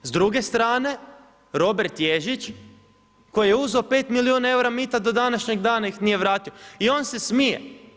S druge strane, Robert Ježić, koji je uzeo 5 milijuna eura mita, do današnjeg dana ih nije vratio i on se smije.